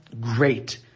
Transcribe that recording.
Great